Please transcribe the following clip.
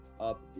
up